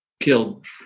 killed